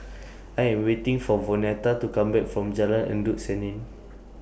I Am waiting For Vonetta to Come Back from Jalan Endut Senin